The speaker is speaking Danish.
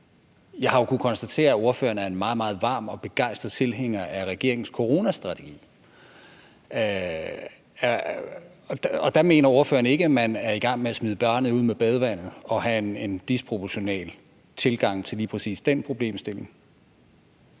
Jeg har jo kunnet konstatere, at ordføreren er en meget, meget varm og begejstret tilhænger af regeringens coronastrategi. Og der mener ordføreren ikke at man er i gang med at smide barnet ud med badevandet og have en disproportional tilgang til lige præcis den problemstilling.